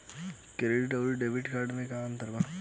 Credit अउरो debit card मे का अन्तर बा?